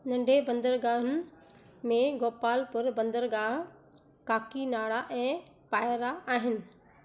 नंढे बंदरगाहुनि में गोपालपुर बंदरगाह काकीनाड़ा ऐं पायरा आहिनि